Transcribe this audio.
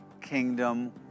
kingdom